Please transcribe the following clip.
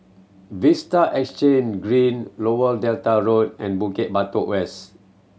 Vista Exhange Green Lower Delta Road and Bukit Batok West